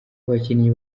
abakinnyi